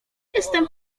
jestem